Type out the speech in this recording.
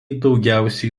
daugiausiai